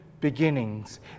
beginnings